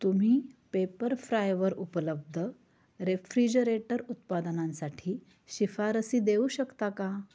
तुम्ही पेपरफ्रायवर उपलब्ध रेफ्रिजरेटर उत्पादनांसाठी शिफारसी देऊ शकता का